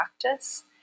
practice